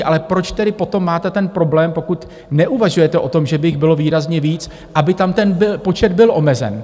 Ale proč tedy potom máte ten problém, pokud neuvažujete o tom, že by jich bylo výrazně víc, aby tam ten počet byl omezen?